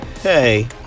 Hey